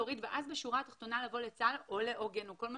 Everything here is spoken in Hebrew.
ואז בשורה התחתונה לבוא לצה"ל או לעוגן או כל מה